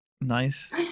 nice